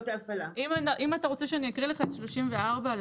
אם אתה רוצה שאני אקריא לך את 34 לרישיונות,